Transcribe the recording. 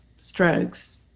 strokes